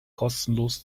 kostenlos